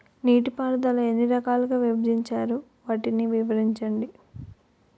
నీటిపారుదల ఎన్ని రకాలుగా విభజించారు? వాటి వివరించండి?